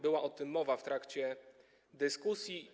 Była o tym mowa w trakcie dyskusji.